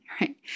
right